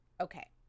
Okay